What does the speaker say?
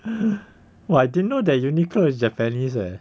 !wah! I didn't know that uniqlo is japanese eh